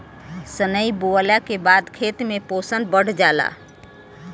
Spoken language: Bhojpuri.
सनइ बोअला के बाद खेत में पोषण बढ़ जाला